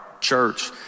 church